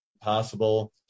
possible